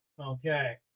okay